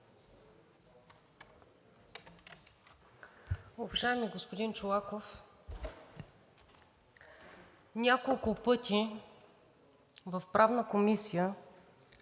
Уважаеми господин Чолаков, няколко пъти в Правната комисия